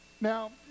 Now